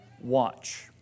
watch